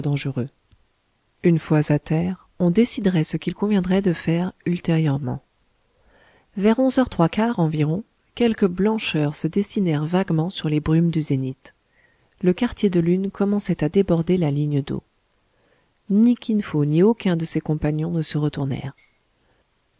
une fois à terre on déciderait ce qu'il conviendrait de faire ultérieurement vers onze heures trois quarts environ quelques blancheurs se dessinèrent vaguement sur les brumes du zénith le quartier de lune commençait à déborder la ligne d'eau ni kin fo ni aucun de ses compagnons ne se